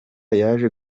yaje